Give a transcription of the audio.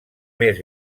més